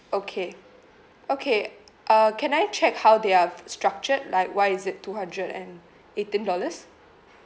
okay okay uh can I check how they are structured like why is it two hundred and eighteen dollars